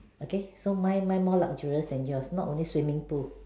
okay so mine mine more luxurious than yours not only swimming pool